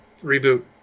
reboot